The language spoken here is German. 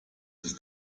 ist